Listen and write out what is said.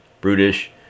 brutish